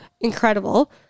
incredible